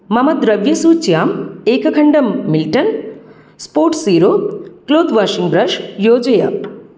मम द्रव्यसूच्यां एकखण्डं Milton Spotzero cloth washing brush योजय